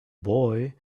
boy